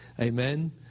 Amen